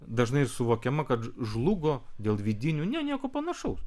dažnai ir suvokiama kad žlugo dėl vidinių ne nieko panašaus